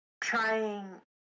trying